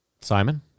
Simon